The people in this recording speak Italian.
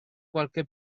qualche